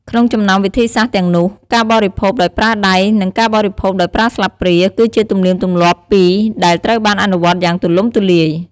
ក្នុងចំណោមវិធីសាស្ត្រទាំងនោះ ការបរិភោគដោយប្រើដៃ និងការបរិភោគដោយប្រើស្លាបព្រា គឺជាទំនៀមទម្លាប់ពីរដែលត្រូវបានអនុវត្តយ៉ាងទូលំទូលាយ។